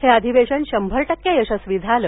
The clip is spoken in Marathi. हे अधिवेशन शंभर टक्के यशस्वी झालं